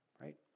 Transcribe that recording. right